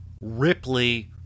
Ripley